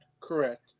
Correct